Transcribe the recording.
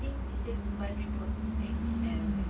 I think it's safe to buy triple X_L eh